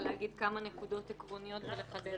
מנכ"ל הוא מנכ"ל פוליטי שבא ליישם את מדיניות השר,